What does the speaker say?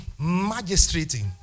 magistrating